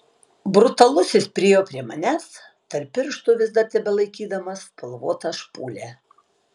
brutalusis priėjo prie manęs tarp pirštų vis dar tebelaikydamas spalvotą špūlę